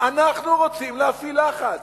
אנחנו רוצים להפעיל לחץ.